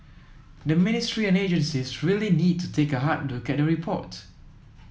the ministry and agencies really need to take a hard look at the report